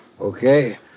Okay